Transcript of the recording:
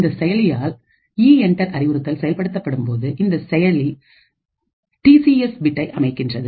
இந்தசெயலியால் இஎன்டர் அறிவுறுத்தல் செயல்படுத்தப்படும் போது இந்த செயலி டி சி எஸ் பிட்ஐ அமைக்கின்றது